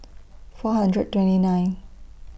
four hundred twenty nine